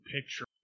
picture